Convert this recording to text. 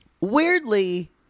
Weirdly